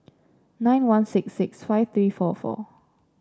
nine one six six five three four four